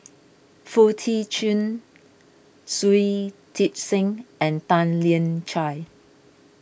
Foo Tee Chun Shui Tit Sing and Tan Lian Chye